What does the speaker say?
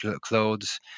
clothes